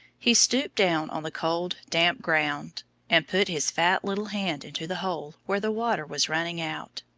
he stooped down on the cold damp ground and put his fat little hand into the hole where the water was running out.